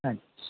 अच्छा